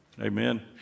Amen